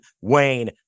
Wayne